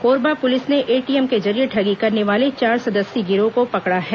Korba police ने ATM के जरिये ठगी करने वाले चार सदस्यीय गिरोह को पकड़ा है